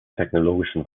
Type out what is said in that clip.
technologischen